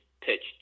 pitched